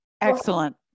Excellent